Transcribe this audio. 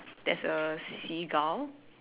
there's a seagull